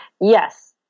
Yes